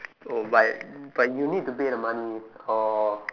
oh but but you need to pay the money or